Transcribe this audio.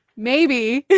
maybe